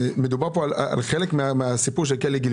מדובר כאן על כלא גלבוע.